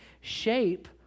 shape